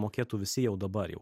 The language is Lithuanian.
mokėtų visi jau dabar jau